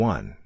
One